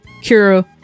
Kira